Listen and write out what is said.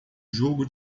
jogo